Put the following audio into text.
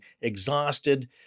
exhausted